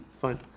fine